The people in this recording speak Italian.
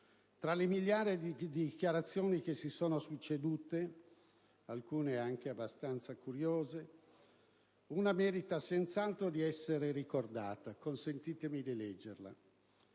tra le migliaia di dichiarazioni che si sono succedute - alcune anche abbastanza curiose - una merita senz'altro di essere ricordata. Consentitemi di leggerla: